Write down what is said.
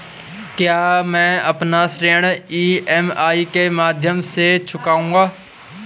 क्या मैं अपना ऋण ई.एम.आई के माध्यम से चुकाऊंगा?